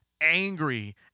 angry